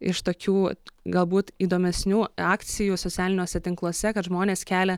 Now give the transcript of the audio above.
iš tokių galbūt įdomesnių akcijų socialiniuose tinkluose kad žmonės kelia